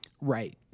Right